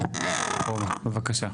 בבקשה.